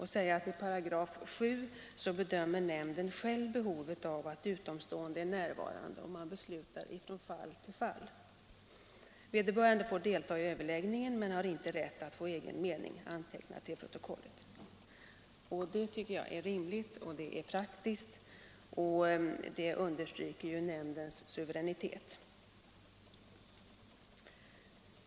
I 7 § bedömer nämnden själv behovet av att utomstående är närvarande och beslutar från fall till fall. Vederbörande får delta i överläggningen men har inte rätt att få egen mening antecknad till protokollet. Det tycker jag är rimligt och praktiskt, och det understryker dessutom nämndens suveränitet.